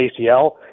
ACL